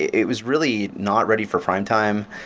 it was really not ready for primetime.